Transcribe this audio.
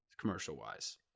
commercial-wise